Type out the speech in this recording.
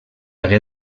hagué